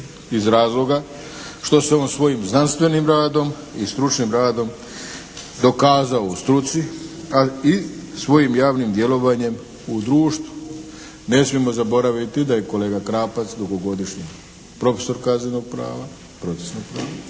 iz razloga što se on svojim znanstvenim radom i stručnim radom dokazao u struci, a i svojim javnim djelovanjem u društvu. Ne smijemo zaboraviti da je kolega Krapac dugogodišnji profesor kaznenog prava, procesnog prava.